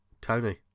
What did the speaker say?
Tony